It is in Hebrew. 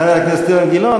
חבר הכנסת אילן גילאון,